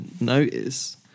notice